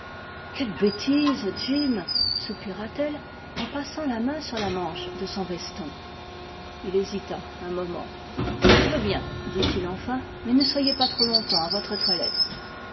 quelle bêtise jim soupira t elle en passant la main sur la manche de son veston il hésita un moment je veux bien dit-il enfin mais ne soyez pas trop longtemps à votre toilette